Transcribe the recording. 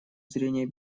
зрения